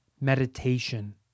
meditation